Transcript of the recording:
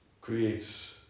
creates